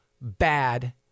bad